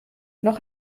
noch